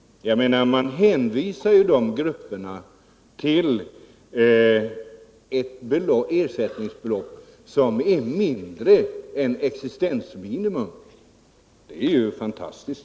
Man hänvisar ju de grupperna till att leva på ett ersättningsbelopp som är mindre än existensminimum. Det är fantastiskt.